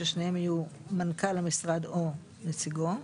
ששניהם יהיו מנכ"ל המשרד או נציגו.